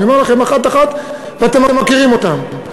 אני אומר לכם, אחת-אחת, ואתם מכירים אותן.